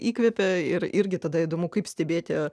įkvepia ir irgi tada įdomu kaip stebėti